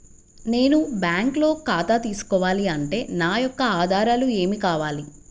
నేను బ్యాంకులో ఖాతా తీసుకోవాలి అంటే నా యొక్క ఆధారాలు ఏమి కావాలి?